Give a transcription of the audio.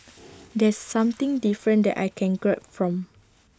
that's something different that I can grab from